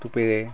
টোপেৰে